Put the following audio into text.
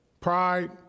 Pride